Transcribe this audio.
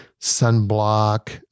sunblock